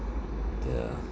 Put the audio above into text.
yeah